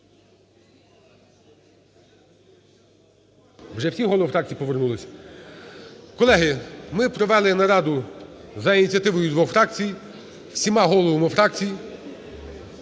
Вже всі голови фракцій повернулись? Колеги, ми провели нараду за ініціативою двох фракцій зі всіма головами фракцій.